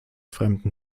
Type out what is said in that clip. fremden